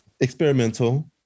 Experimental